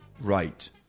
right